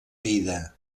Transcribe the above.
vida